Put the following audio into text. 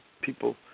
People